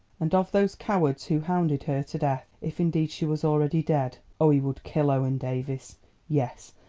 and of those cowards who hounded her to death, if indeed she was already dead! oh, he would kill owen davies yes,